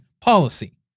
policy